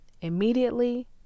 Immediately